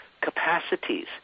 capacities